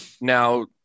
now